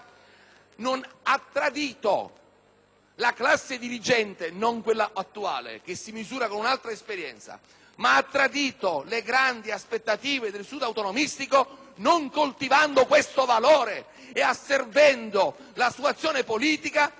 la classe dirigente - non quella attuale, che si misura con un'altra esperienza - ha tradito le grandi aspettative del Sud autonomistico non coltivando questo valore e asservendo la sua azione politica alle indicazioni del potere centrale.